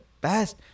best